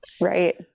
Right